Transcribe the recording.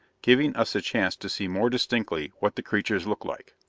giving us a chance to see more distinctly what the creatures looked like.